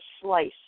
slice